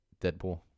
Deadpool